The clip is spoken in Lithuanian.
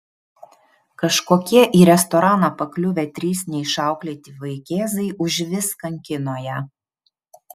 kažkokie į restoraną pakliuvę trys neišauklėti vaikėzai užvis kankino ją